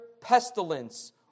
pestilence